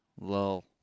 lull